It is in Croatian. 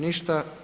Ništa.